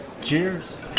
Cheers